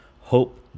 Hope